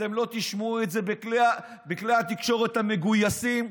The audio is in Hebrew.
אתם לא תשמעו את זה בכלי התקשורת המגויסים,